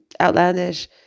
outlandish